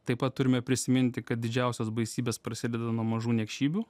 taip pat turime prisiminti kad didžiausios baisybės prasideda nuo mažų niekšybių